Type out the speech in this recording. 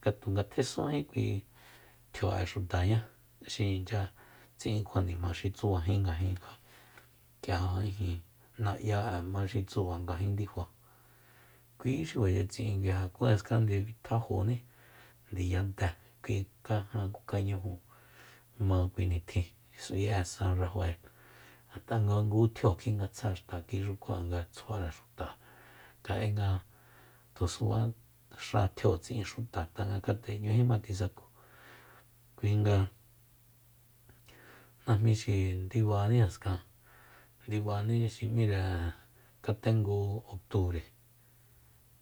Ngatu nga tjesúnji kui tjio'e xutaña xi inchatsi'in kjuanima xi tsubajin ngajin k'ia ijin na'ya'e xi tsuba ngajin ndifa kuí xi kuacha tsi'in kui jaskan nde bitjajoní ndiyate kui kajan ku kañuju ma kui nitjin s'ui'e san rafae ngat'a nga ngu tjio kjingatsja xta kuixu kjua nga tsjuare xuta kja'enga tusuba xatjio tsi'in xuta tanga kjat'e 'ñújíma tjisaku kuinga najmíxi ndibaní jaskan ndibani xi m'íre katengu octubre